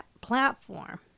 platform